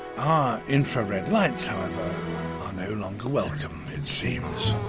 ah infrared lights, however, are no longer welcome, it seems.